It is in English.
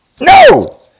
No